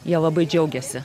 jie labai džiaugiasi